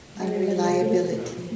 unreliability